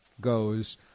goes